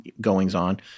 goings-on